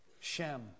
Shem